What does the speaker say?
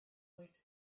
weeks